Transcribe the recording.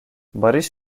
barış